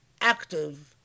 active